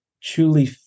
truly